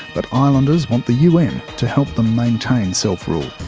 but islanders want the un to help them maintain self-rule.